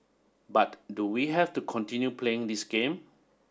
but do we have to continue playing this game